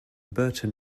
burton